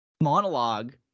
monologue